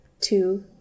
two